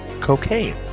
cocaine